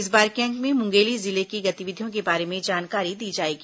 इस बार के अंक में मुंगेली जिले की गतिविधियों के बारे में जानकारी दी जाएगी